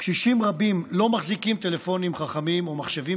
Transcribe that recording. קשישים רבים לא מחזיקים טלפונים חכמים או מחשבים